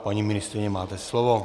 Paní ministryně, máte slovo.